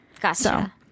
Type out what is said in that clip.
Gotcha